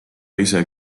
ise